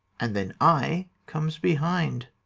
and then i comes behind.